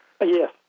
Yes